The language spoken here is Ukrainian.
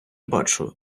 бачу